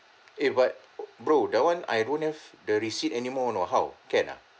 eh but bro that one I don't have the receipt anymore you know how can ah